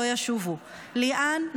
לא ישובו: ליאן,